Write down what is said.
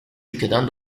ülkeden